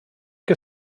que